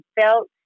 felt